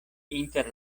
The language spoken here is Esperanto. inter